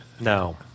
No